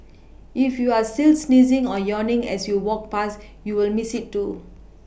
if you were still sneezing or yawning as you walked past you will Miss it too